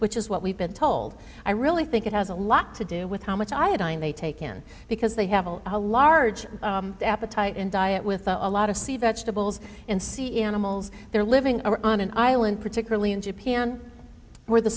which is what we've been told i really think it has a lot to do with how much i had they taken because they have a large appetite and diet with a lot of c vegetables and sea animals they're living on an island particularly in japan where the